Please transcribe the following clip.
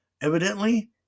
Evidently